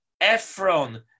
Ephron